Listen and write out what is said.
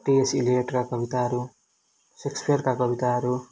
TS एलियटका कविताहरू सेक्सपियरका कविताहरू